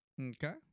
okay